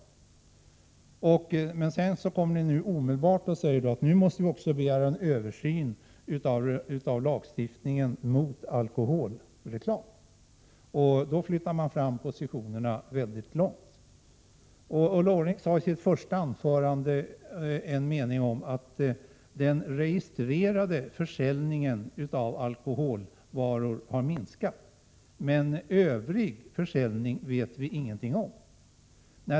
Men nu kommer ni omedelbart tillbaka och säger att vi också måste begära en översyn av lagstiftningen mot alkoholreklam. Då flyttar man fram positionerna mycket långt. Ulla Orring hade i sitt första anförande en mening om att den registrerade försäljningen av alkoholvaror har minskat, men att vi inte vet någonting om övrig försäljning.